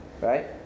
right